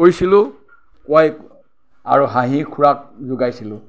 কৈছিলোঁ কোৱাই আৰু হাঁহিৰ খোৰাক গোটাইছিলোঁ